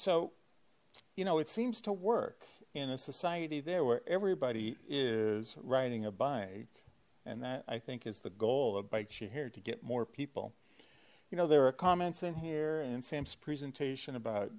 so you know it seems to work in a society there where everybody is riding a bike and that i think is the goal of bikes you here to get more people you know there are comments in here and in sam's presentation about